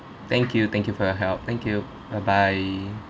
thank you thank you for your help thank you bye bye